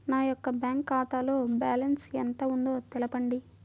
నా యొక్క బ్యాంక్ ఖాతాలో బ్యాలెన్స్ ఎంత ఉందో తెలపండి?